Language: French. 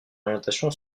orientation